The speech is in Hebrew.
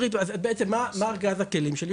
זה בדיוק הסיפור עם העיכוב בהקמה של המחז"מים.